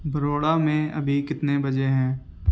بروڑا میں ابھی کتنے بجے ہیں